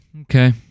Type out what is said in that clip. Okay